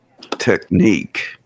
technique